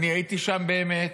אני הייתי שם באמת,